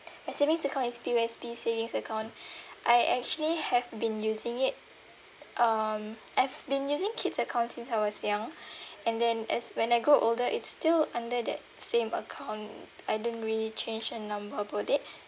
my savings account is P_O_S_B savings account I actually have been using it um I've been using kid's account since I was young and then as when I grow older it's still under that same account I don't really change a number about it